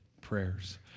prayers